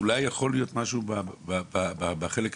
אולי יכול להיות משהו בחלק הראשוני,